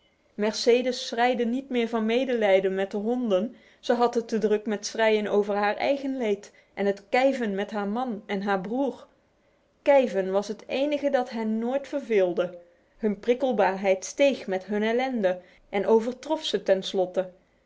mercedes schreide niet meer van medelijden met de honden ze had het te druk met schreien over haar eigen leed en het kijven met haar man en haar broer kijven was het enige dat hen nooit verveelde hun prikkelbaarheid steeg met hun ellende en overtrof ze